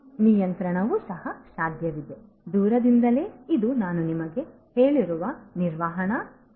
ನಿಯಂತ್ರಣವು ಸಹ ಸಾಧ್ಯವಿದೆ ದೂರದಿಂದಲೇ ಇದು ನಾನು ನಿಮಗೆ ಹೇಳಿರುವ ನಿರ್ವಹಣಾ ಭಾಗವಾಗಿದೆ